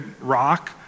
rock